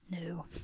No